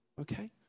okay